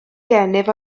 gennyf